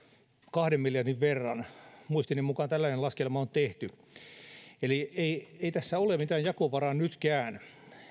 kahden miljardin verran muistini mukaan tällainen laskelma on tehty eli ei ei tässä ole mitään jakovaraa nytkään